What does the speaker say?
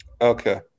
Okay